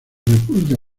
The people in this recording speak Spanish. república